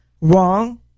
wrong